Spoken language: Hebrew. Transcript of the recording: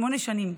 שמונה שנים.